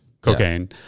cocaine